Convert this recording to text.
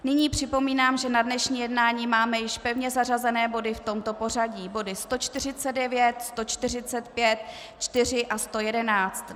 Nyní připomínám, že na dnešní jednání máme již pevně zařazené body v tomto pořadí: body 149, 145, 4 a 111.